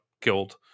killed